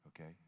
okay